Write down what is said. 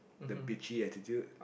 the bitchy attitude